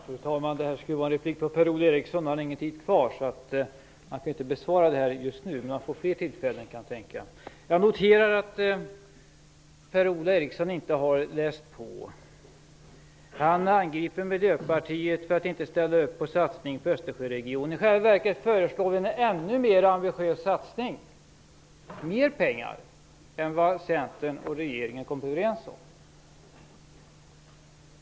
Fru talman! Det här skulle vara en replik på Per Ola Eriksson. Nu har han ingen tid kvar, så han kan inte besvara den just nu. Men han får fler tillfällen. Jag noterar att Per-Ola Eriksson inte har läst på. Han angriper Miljöpartiet för att inte ställa upp på en satsning på Östersjöregionen. I själva verket föreslår vi en ännu mer ambitiös satsning, med mer pengar än vad Centern och regeringen har kommit överens om.